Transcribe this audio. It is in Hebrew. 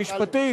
המשפטית,